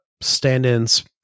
stand-ins